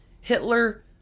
Hitler